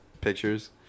pictures